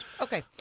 Okay